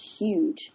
huge